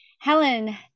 Helen